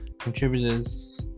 Contributors